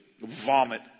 vomit